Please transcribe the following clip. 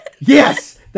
Yes